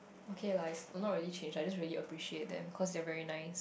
okay lah it's oh not really change I just really appreciate them cause they are very nice